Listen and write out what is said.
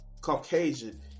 Caucasian